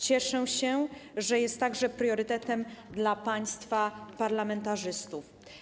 Cieszę się, że jest także priorytetem dla państwa parlamentarzystów.